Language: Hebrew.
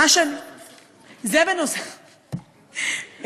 זה נוסף,